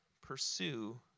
pursue